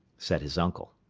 said his uncle.